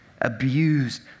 Abused